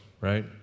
right